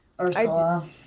Ursula